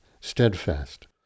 steadfast